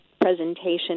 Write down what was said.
presentation